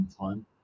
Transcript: time